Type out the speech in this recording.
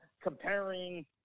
comparing